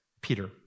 Peter